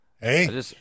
Hey